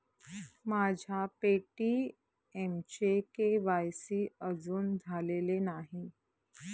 माझ्या पे.टी.एमचे के.वाय.सी अजून झालेले नाही